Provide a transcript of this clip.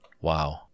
Wow